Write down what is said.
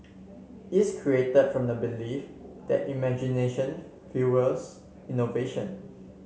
is created from the belief that imagination fuels innovation